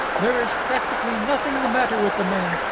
there is practically nothing the matter with the man.